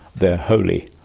they're holy'.